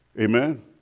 Amen